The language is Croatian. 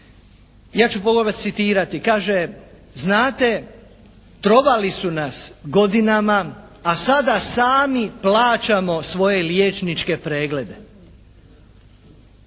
Ja ću govor citirati. Kaže, “znate trovali su nas godinama, a sada sami plaćamo svoje liječničke preglede.